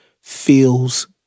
feels